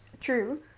True